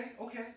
okay